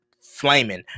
flaming